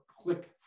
Click